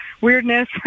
weirdness